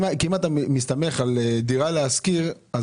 אם אתה מסתמך על דירה להשכיר,